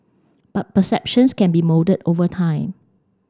but perceptions can be moulded over time